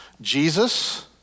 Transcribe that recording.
Jesus